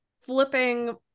flipping